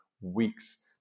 weeks